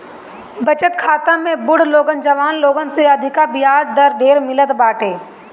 बचत खाता में बुढ़ लोगन जवान लोगन से अधिका बियाज दर ढेर मिलत बाटे